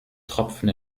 tropfen